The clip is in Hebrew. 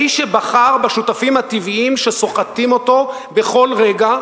האיש שבחר בשותפים הטבעיים שסוחטים אותו בכל רגע,